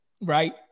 right